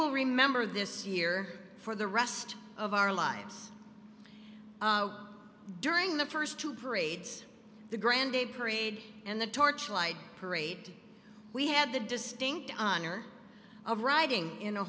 will remember this year for the rest of our lives during the first two parades the grand parade and the torchlight parade we had the distinct honor of riding in a